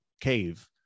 cave